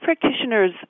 practitioners